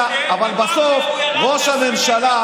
בגלל שזה נותן קרדיט לראש הממשלה,